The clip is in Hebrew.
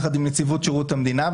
יחד עם נציבות שירות המדינה,